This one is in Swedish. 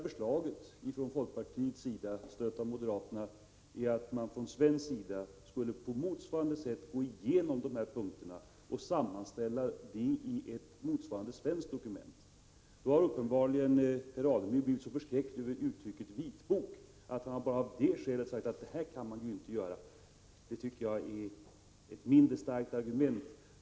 Förslaget från folkpartiets sida, stött av moderaterna, är att man från svensk sida på motsvarande sätt skulle gå igenom de punkter som finns upptagna i vitboken och sammanställa resultatet i ett motsvarande svenskt dokument. Stig Alemyr har uppenbarligen blivit så förskräckt över uttrycket vitbok att han bara av det skälet har sagt nej till ett sådant dokument. Det tycker jag är ett mindre starkt argument.